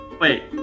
Wait